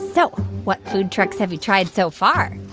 so what food trucks have you tried so far?